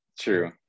True